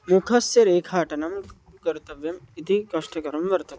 मुखस्य रेखाटनं कर्तव्यम् इति कष्टकरं वर्तते